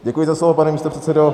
Děkuji za slovo, pane místopředsedo.